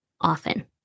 often